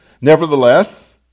Nevertheless